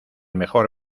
mejor